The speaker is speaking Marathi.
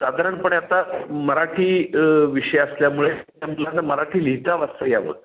साधारणपणे आता मराठी विषय असल्यामुळे त्या मुलांना मराठी लिहिता वाचता यावं